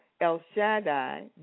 el-shaddai